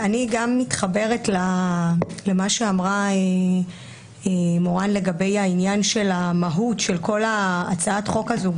אני מתחברת למה שאמרה מורן לגבי העניין של המהות של כל הצעת החוק הזו,